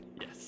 yes